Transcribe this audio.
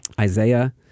Isaiah